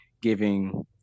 giving